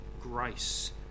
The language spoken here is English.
grace